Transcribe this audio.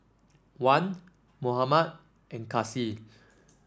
Wan Muhammad and Kasih